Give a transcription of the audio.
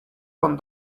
con